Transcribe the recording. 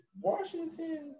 Washington